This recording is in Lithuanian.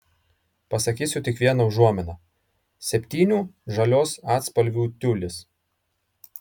pasakysiu tik vieną užuominą septynių žalios atspalvių tiulis